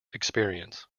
experience